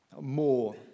more